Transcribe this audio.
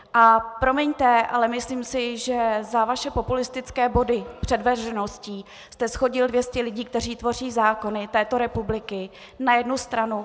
A promiňte, ale myslím si, že za vaše populistické body před veřejností jste shodil 200 lidí, kteří tvoří zákony této republiky, na jednu stranu.